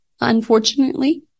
unfortunately